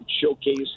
showcase